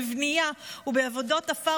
בבנייה ובעבודות עפר,